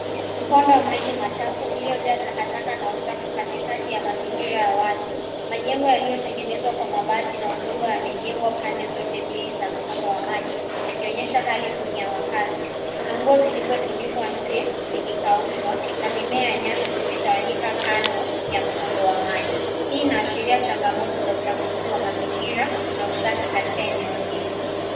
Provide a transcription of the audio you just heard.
Mkondo wa maji machafu uliojaa takataka na uchafu katika kati ya mazingira ya watu. Majengo yaliyotengenezwa kwa mabati na udongo yamejengwa pande zote mbili za mkondo wa maji yakionyesha hali duni ya makazi. Kuna ngozi zilizotundikwa nje zikikaushwa na mimea ya nyasi zimetawanyika kando ya mkondo wa maji. Hii inaashiria changamoto za uchafuzi wa mazingira na usafi katika eneo hilo.